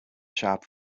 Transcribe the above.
shop